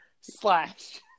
Slash